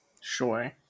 Sure